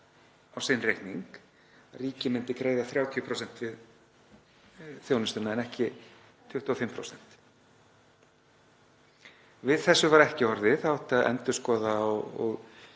á sinn reikning, ríkið myndi greiða 30% fyrir þjónustuna en ekki 25%. Við þessu var ekki orðið. Það átti að endurskoða og